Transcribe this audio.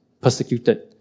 persecuted